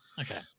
Okay